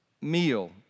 meal